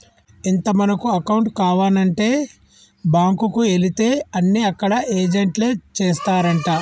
ఇంత మనకు అకౌంట్ కావానంటే బాంకుకు ఎలితే అన్ని అక్కడ ఏజెంట్లే చేస్తారంటా